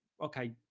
okay